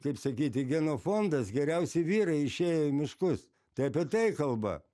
taip sakyti genofondas geriausi vyrai išėjo į miškus tai apie tai kalba